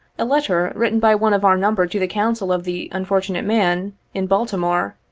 a letter, written by one of our number to the counsel of the unfortunate man, in baltimore,